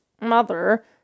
mother